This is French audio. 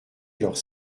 leurs